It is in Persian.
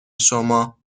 شما